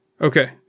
Okay